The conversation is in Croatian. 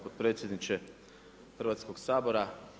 potpredsjedniče Hrvatskog sabora.